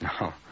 No